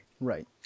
Right